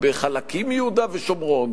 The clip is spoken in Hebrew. בחלקים מיהודה ושומרון,